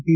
T